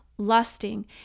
lusting